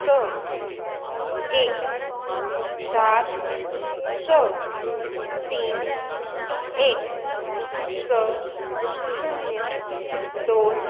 स एक चार स तीन एक स शुन्य दोन